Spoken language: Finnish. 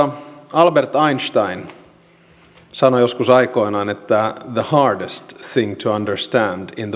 albert einstein sanoi joskus aikoinaan että the hardest thing to understand in